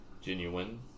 Genuine